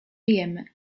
jemy